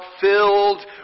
filled